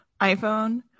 iPhone